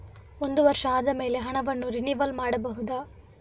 ಒಂದು ವರ್ಷ ಆದಮೇಲೆ ಹಣವನ್ನು ರಿನಿವಲ್ ಮಾಡಬಹುದ?